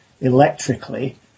electrically